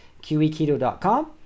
qeketo.com